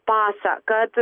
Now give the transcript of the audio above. pasą kad